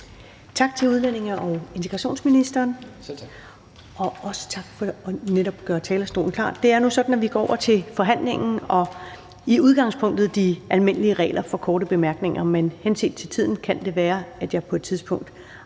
Tak til udlændinge- og integrationsministeren, og også tak for at gøre talerstolen klar. Det er nu sådan, at vi går over til forhandlingen og i udgangspunktet de almindelige regler for korte bemærkninger, men henset til tiden kan det være, at jeg på et tidspunkt